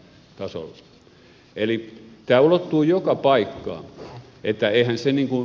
eli tämä ulottuu joka paikkaan että eihän se niin kuin